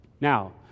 Now